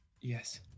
Yes